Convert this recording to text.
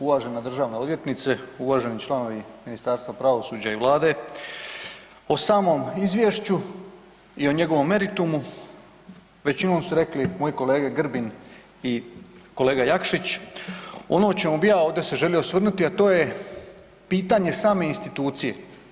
Uvažena državna odvjetnice, uvaženi članovi Ministarstva pravosuđa i Vlade, o samom izvješću i o njegovom meritumu većinom su rekli moji kolege Grbin i kolega Jakšić, ono o čemu bi ja ovdje se želio osvrnuti, a to je pitanje same institucije.